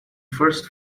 first